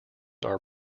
are